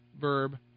verb